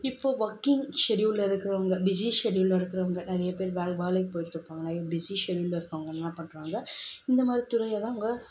இப்போது வொர்க்கிங் ஷெடியூல்ல இருக்கிறவங்க பிஸி ஷெடியூல்ல இருக்கிறவங்க நிறைய பேர் வேல் வேலைக்கு போய்கிட்ருப்பாங்க பிஸி ஷெடியூல்ல இருக்கவங்கள் என்ன பண்ணுறாங்க இந்தமாதிரி துறையைதான் அவங்க